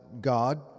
God